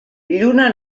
lluna